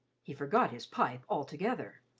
he forgot his pipe altogether.